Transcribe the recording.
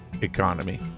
economy